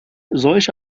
solche